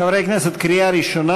חברי הכנסת, קריאה ראשונה.